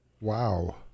Wow